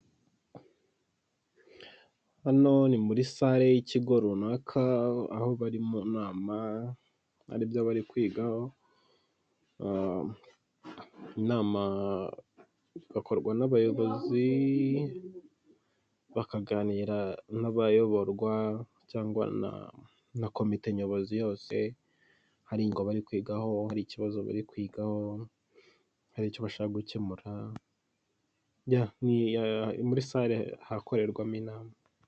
Hano ni muri sare y'ikigo runaka aho bari mu nama hari ibyo bari kwigaho, inama igakorwa n'abayobozi, bakaganira n'abayoborwa, cyangwa na komite nyobozi yose, hari ingingo bari kwigaho hari ikibazo bari kwigaho, hari icyo bashaka gukemura muri sare ahakorerwamo inama.